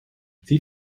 sie